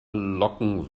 locken